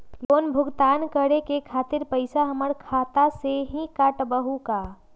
Loan भुगतान करे के खातिर पैसा हमर खाता में से ही काटबहु का?